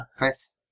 Nice